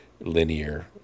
linear